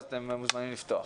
אתם מוזמנים לפתוח.